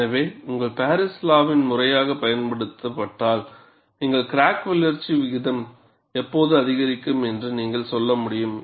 எனவே உங்கள் Paris law முறையாகப் பயன்படுத்தப்பட்டால் கிராக் வளர்ச்சி விகிதம் எப்போது அதிகரிக்கும் என்று நீங்கள் சொல்ல முடியும்